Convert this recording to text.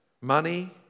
money